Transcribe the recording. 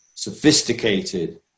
sophisticated